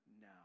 now